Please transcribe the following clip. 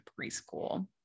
preschool